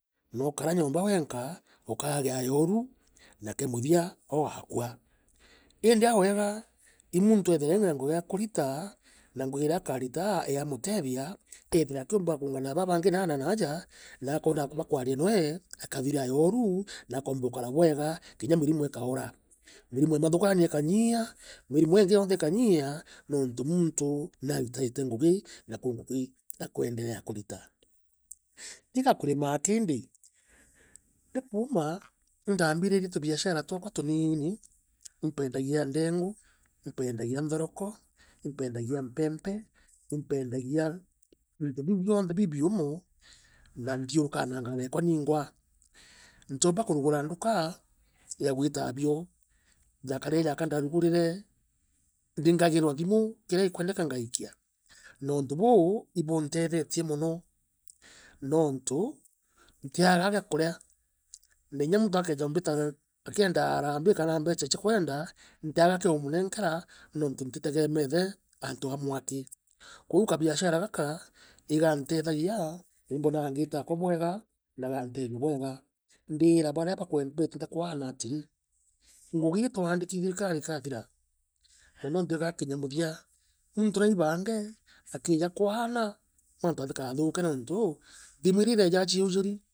Nokara nyoomba wenka, ukagea ioru na kea muthia koogakua. Iindi a wega. I muuntu eethire ena ngugi akurita, na ngui ira akarita, yaamutethia, eethire akiumbaa kuungana na baa baangi naa na naaja na akona antu ba kwaria noe. akathira ioru, na akomba ukara bwega kinya mirimo ikaoora. Mirimo e mathuganio ikanyiia, mirimo iingi yoonthe ikanyia, nontu muuntu naaritite ngugi na nakwenderea kurita. Tiga kurima aki iindi, ndikuma, indaambiririe tubiashara twakwa tuniini. impendagia ndengu. impendagia nthoroko, impendagia mpeempe, impendagia into biu bionthe bibiumu, na nthiurunkaa na ngari ekwa niingwa. Ntiumba kurugura nduka, ya gwita abio. Ndakaraa jeka ndarugurire, ndingagirwa thimu. kira gikwendeka ngaikia, nontu buu ibuntethetie mono nuntu, ntiagaa gia kurea. na inya muntu akeja umbita akiendaa harambee kana mbecha cia kwenda, ntiaga kia umuneenkera nuntu ntitegeemete antu aamwe aki. Kwou kabiashara gaka igantethagia, nuntu imbona ngiita ako bwega, na gaantethia bwega. Ndiira barea beetite kuana atiri, ngugi ii twaandiki i thirikari ikathira. Na nuntu igakinya muthia, muntu naibaange, akija kuaana, mantu atikathuke nuntuu. thimu ira irejaa ciujuri.